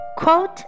Quote